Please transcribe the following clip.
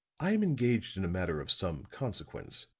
i am engaged in a matter of some consequence,